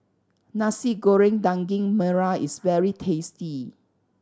Nasi Goreng Daging Merah is very tasty